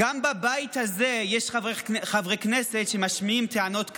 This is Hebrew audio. גם בבית הזה יש חברי כנסת שמשמיעים טענות כאלה.